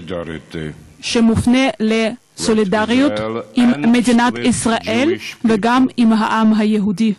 שמופנה לסולידריות עם מדינת ישראל וגם עם העם היהודי,